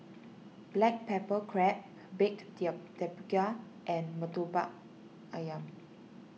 Black Pepper Crab Baked Tapioca and Murtabak Ayam